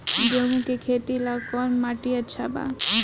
गेहूं के खेती ला कौन माटी अच्छा बा?